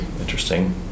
Interesting